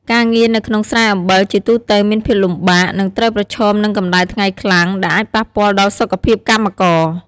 ការងារនៅក្នុងស្រែអំបិលជាទូទៅមានភាពលំបាក និងត្រូវប្រឈមនឹងកម្ដៅថ្ងៃខ្លាំង ដែលអាចប៉ះពាល់ដល់សុខភាពកម្មករ។